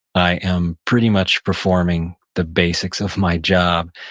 i am pretty much performing the basics of my job,